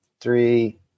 three